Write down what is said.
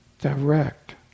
Direct